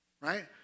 right